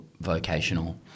vocational